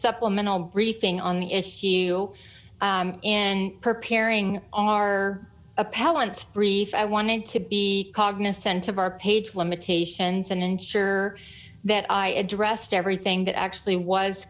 supplemental briefing on the if you and preparing our appellant brief i wanted to be cognizant of our page limitations and ensure that i addressed everything that actually was